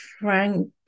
Frank